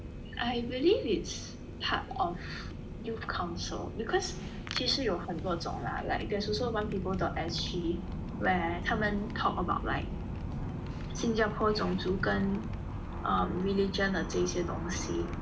I believe it's part of youth council because 其实有很多种啦 like there's also one people dot S_G where 他们 talk about like 新加坡种族跟 um religion 的这些东西